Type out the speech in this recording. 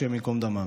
השם ייקום דמם.